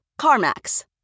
CarMax